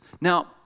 Now